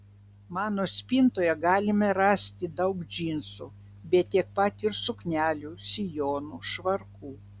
mano spintoje galime rasti daug džinsų bet tiek pat ir suknelių sijonų švarkų